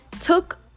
took